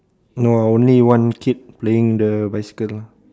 no only one kid playing the bicycle lah